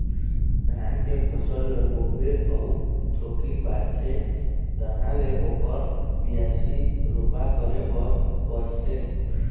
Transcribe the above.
धान के फसल ल बोबे अउ थोकिन बाढ़थे तहाँ ले ओखर बियासी, रोपा करे बर परथे